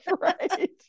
Right